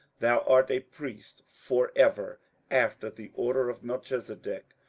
thou art a priest for ever after the order of melchisedec.